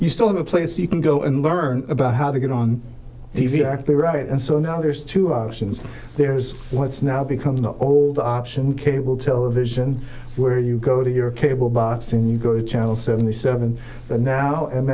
you still have a place you can go and learn about how to get on these are actually right and so now there's two options there's what's now become the old option cable television where you go to your cable box and you go to channel seventy seven the now